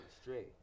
straight